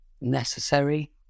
Necessary